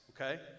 okay